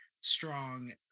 strong